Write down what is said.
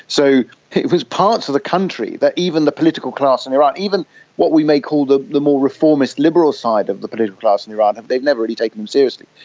so it was parts of the country that even the political class in iran, even what we may call the the more reformist liberal side of the political class in iran, and they'd never really taken them seriously.